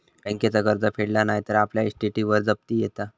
बँकेचा कर्ज फेडला नाय तर आपल्या इस्टेटीवर जप्ती येता